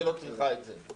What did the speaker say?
היא לא צריכה את זה.